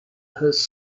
his